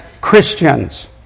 Christians